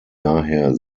daher